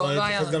לא.